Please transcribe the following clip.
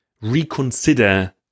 reconsider